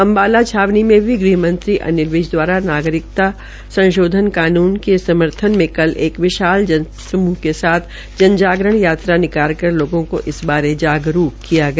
अम्बाला छावनी में भी गृहमंत्री अनिल विज द्वारा नागरिकता संशोधन कानून के समर्थन में कल एक विशाल जन समूह के साथ जन जागरण यात्रा निकाल कर लोगों को इस बारे जागरूक किया गया